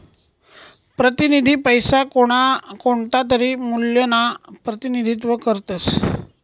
प्रतिनिधी पैसा कोणतातरी मूल्यना प्रतिनिधित्व करतस